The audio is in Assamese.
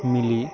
নীলি